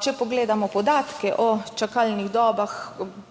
Če pogledamo podatke o čakalnih dobah,